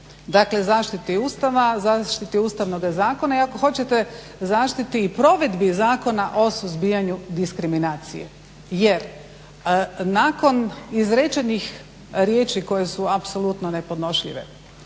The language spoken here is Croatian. Dakle zaštiti Ustava, zaštiti ustavnoga zakona i ako hoćete zaštiti i provedbi zakona o suzbijanju diskriminacije. Jer nakon izrečenih riječi koje su apsolutno ne podnošljive,